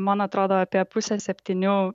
man atrodo apie pusę septynių